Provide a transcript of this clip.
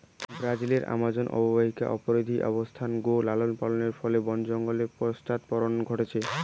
ব্রাজিলর আমাজন অববাহিকাত অপরিমিত অবস্থাত গো লালনপালনের ফলে বন জঙ্গলের পশ্চাদপসরণ ঘইটছে